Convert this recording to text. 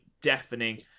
deafening